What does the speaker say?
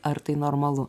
ar tai normalu